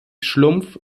schlumpf